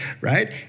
right